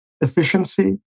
efficiency